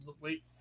wait